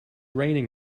raining